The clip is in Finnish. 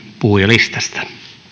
puhujalistasta